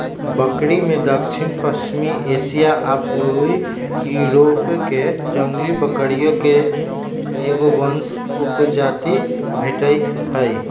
बकरिमें दक्षिणपश्चिमी एशिया आ पूर्वी यूरोपके जंगली बकरिये के एगो वंश उपजाति भेटइ हइ